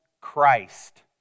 Christ